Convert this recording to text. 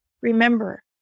remember